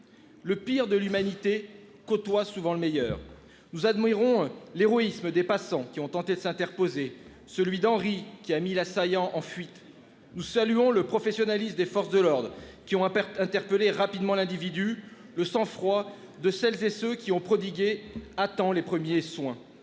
Le pire de l'humanité côtoie souvent le meilleur nous admirons l'héroïsme des passants qui ont tenté de s'interposer, celui d'Henri, qui a mis assaillants en fuite. Nous saluons le professionnalisme des forces de l'ordre qui ont un interpellé rapidement l'individu le sang froid de celles et ceux qui ont prodigué attend les premiers soins.